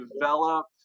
develop